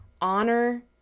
honor